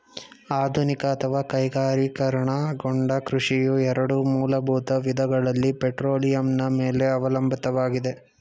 ಆಧುನಿಕ ಅಥವಾ ಕೈಗಾರಿಕೀಕರಣಗೊಂಡ ಕೃಷಿಯು ಎರಡು ಮೂಲಭೂತ ವಿಧಗಳಲ್ಲಿ ಪೆಟ್ರೋಲಿಯಂನ ಮೇಲೆ ಅವಲಂಬಿತವಾಗಿದೆ